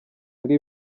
muri